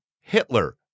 Hitler